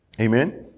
amen